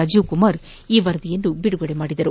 ರಾಜೀವ್ಕುಮಾರ್ ಈ ವರದಿಯನ್ನು ಬಿದುಗಡೆ ಮಾಡಿದ್ದಾರೆ